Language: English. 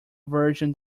version